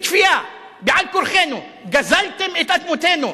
בכפייה, בעל כורחנו, גזלתם את אדמותינו.